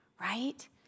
right